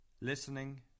listening